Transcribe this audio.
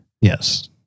yes